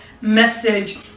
message